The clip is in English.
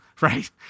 right